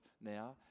now